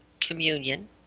communion